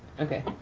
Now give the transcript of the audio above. okay.